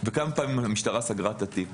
וכמה פעמים המשטרה סגרה את התיק